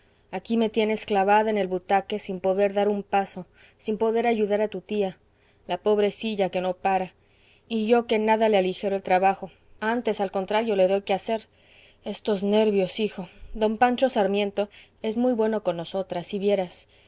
aquí me tienes clavada en el butaque sin poder dar un paso sin poder ayudar a tu tía la pobrecilla que no para y yo que en nada le aligero el trabajo antes al contrario le doy quehacer estos nervios hijo don pancho sarmiento es muy bueno con nosotras si vieras dice que todo lo